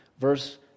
verse